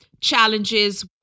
challenges